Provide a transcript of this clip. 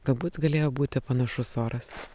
galbūt galėjo būti panašus oras